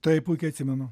taip puikiai atsimenu